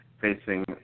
facing